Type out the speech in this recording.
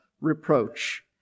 reproach